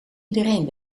iedereen